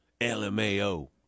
LMAO